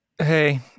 Hey